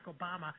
Obama